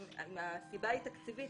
אם הסיבה היא תקציבית,